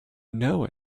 know